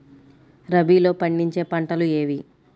రబీలో పండించే పంటలు ఏవి?